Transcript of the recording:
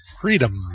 Freedom